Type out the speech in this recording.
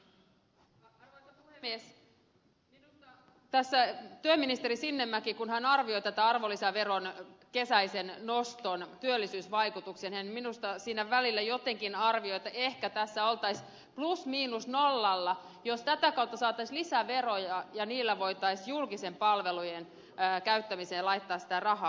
minusta tässä työministeri sinnemäki kun hän arvioi näitä arvonlisäveron kesäisen noston työllisyysvaikutuksia siinä välillä jotenkin arvioi että ehkä tässä oltaisiin plus miinus nollalla jos tätä kautta saataisiin lisää veroja ja niillä voitaisiin julkisten palvelujen käyttämiseen laittaa rahaa